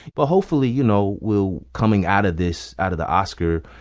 but hopefully, you know, we'll coming out of this, out of the oscar,